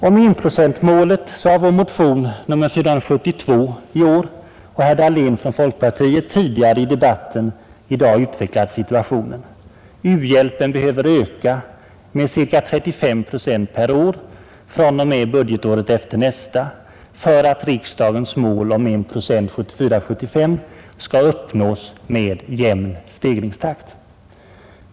Om enprocentsmålet har vår motion nr 472 i år och herr Dahléns från folkpartiet tidigare i debatten i dag utvecklat situationen: u-hjälpen behöver öka med ca 35 procent per år från och med budgetåret efter nästa för att riksdagens mål om en procent år 1974/75 skall uppnås med jämn stegringstakt.